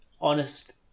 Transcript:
honest